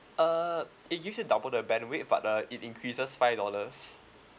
uh it gives you double the bandwidth but uh it increases five dollars